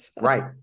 Right